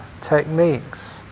techniques